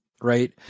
right